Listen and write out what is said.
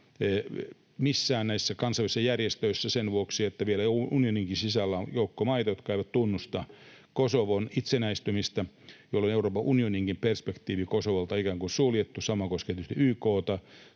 missään näissä kansainvälisissä järjestöissä sen vuoksi, että vielä unioninkin sisällä on joukko maita, jotka eivät tunnusta Kosovon itsenäistymistä, jolloin Euroopan unioninkin perspektiivi Kosovolta on ikään kuin suljettu. Sama koskee tietysti YK:ta,